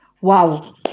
wow